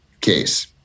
case